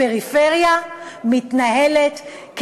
הפריפריה מתנהלת,